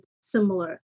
similar